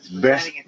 best